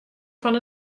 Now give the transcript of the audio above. fan